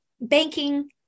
banking